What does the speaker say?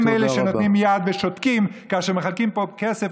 הם אלה שנותנים יד ושותקים כאשר מחלקים פה כסף